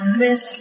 miss